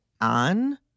on